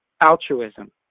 altruism